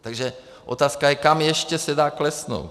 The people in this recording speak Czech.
Takže otázka je, kam ještě se dá klesnout.